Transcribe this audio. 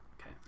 Okay